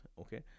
okay